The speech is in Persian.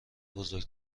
بزرگ